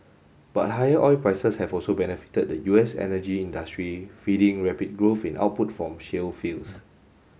but higher oil prices have also benefited the U S energy industry feeding rapid growth in output from shale fields